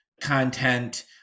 content